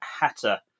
Hatter